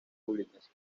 públicas